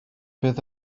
bydd